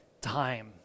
time